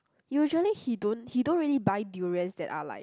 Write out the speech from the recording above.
usually he don't he don't really buy durians that are like